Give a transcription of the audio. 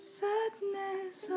sadness